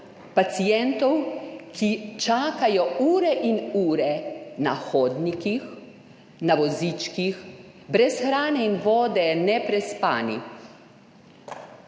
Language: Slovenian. pacientov, ki čakajo ure in ure na hodnikih, na vozičkih, brez hrane in vode, neprespani,